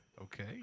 Okay